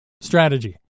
Strategy